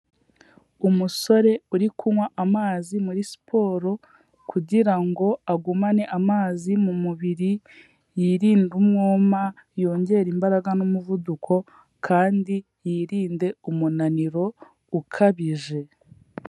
Umusore uri kunywa amazi muri siporo, kugira ngo agumane amazi mu mubiri, yirinde umwuma, yongere imbaraga n'umuvuduko, kandi yirinde umunaniro ukabije.